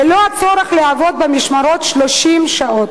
ללא הצורך לעבוד במשמרות של 30 שעות.